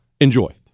Enjoy